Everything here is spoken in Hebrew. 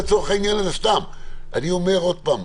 אני אומר עוד פעם,